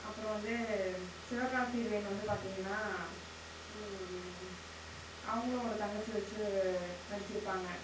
அப்புறம் வந்து சிவகார்த்திகேயன் வந்து பார்த்தீங்கன்னா அவர்களும் ஒரு தங்கச்சி வச்சி நடிச்சுருப்பாங்க